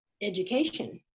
education